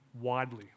widely